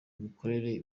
imikorere